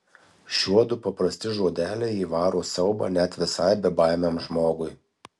šiuodu paprasti žodeliai įvaro siaubą net visai bebaimiam žmogui